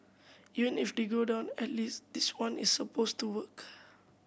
even if they go down at least this one is supposed to work